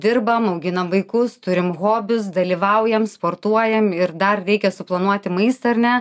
dirbam auginam vaikus turim hobius dalyvaujam sportuojam ir dar reikia suplanuoti maistą ar ne